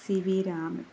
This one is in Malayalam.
C V Raman